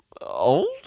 old